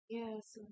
Yes